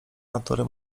natury